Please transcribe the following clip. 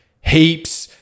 heaps